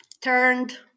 turned